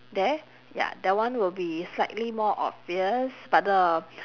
there ya that one will be slightly more obvious but the